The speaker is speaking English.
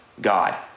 God